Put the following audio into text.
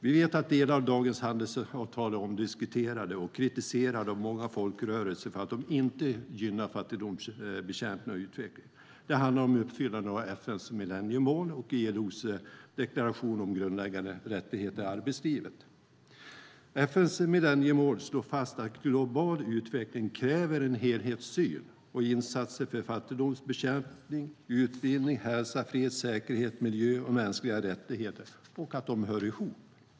Vi vet att delar av dagens handelsavtal är omdiskuterade och kritiserade av många folkrörelser för att de inte gynnar fattigdomsbekämpning och utveckling. Det handlar om uppfyllande av FN:s millenniemål och ILO:s deklaration om grundläggande rättigheter i arbetslivet. FN:s millenniemål slår fast att global utveckling kräver en helhetssyn och att insatser för fattigdomsbekämpning, utbildning, hälsa, fred, säkerhet, miljö och mänskliga rättigheter hör ihop.